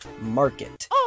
market